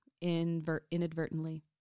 inadvertently